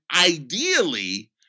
ideally